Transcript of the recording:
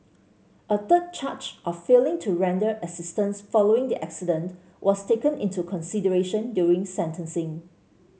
a third charge of failing to render assistance following the accident was taken into consideration during sentencing